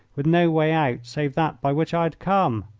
with no way out save that by which i had come!